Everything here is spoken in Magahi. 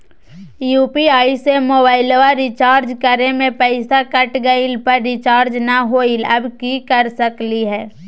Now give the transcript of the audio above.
यू.पी.आई से मोबाईल रिचार्ज करे में पैसा कट गेलई, पर रिचार्ज नई होलई, अब की कर सकली हई?